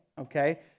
okay